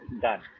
Done